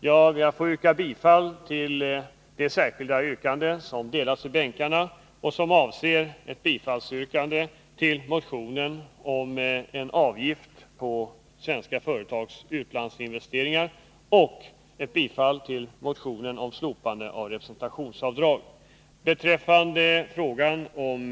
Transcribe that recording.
Jag yrkar bifall till det särskilda yrkande som delats ut till kammarens ledamöter och som avser hemställan om bifall till vår motion om en avgift på svenska företags utlandsinvesteringar samt om bifall till vår motion om ett slopande av representationsavdragen. Yrkandet gäller mom. 16 och 26. Vi hemställer under mom.